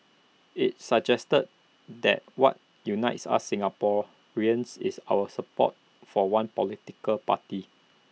IT suggests that what unites us as Singaporeans is our support for one political party